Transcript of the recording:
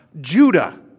Judah